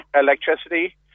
electricity